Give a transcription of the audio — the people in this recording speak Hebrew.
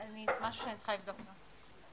זה משהו שאני צריכה לבדוק אותו.